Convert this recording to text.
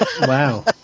Wow